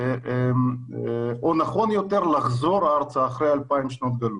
או נכון יותר לחזור ארצה אחרי 2,000 שנות גלות.